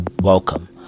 Welcome